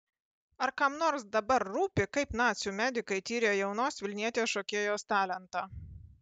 ar kam nors dabar rūpi kaip nacių medikai tyrė jaunos vilnietės šokėjos talentą